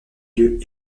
lieux